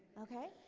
okay?